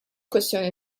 kwestjoni